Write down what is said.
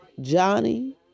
Johnny